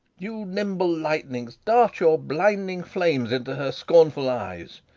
you nimble lightnings, dart your blinding flames into her scornful eyes!